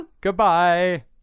Goodbye